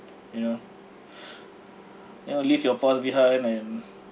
you know you know leave your past behind and